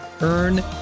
Earn